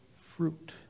fruit